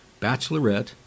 Bachelorette